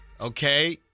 Okay